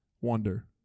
wonder